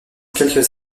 quelques